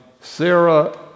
Sarah